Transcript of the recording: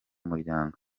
muryango